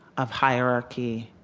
of hierarchy,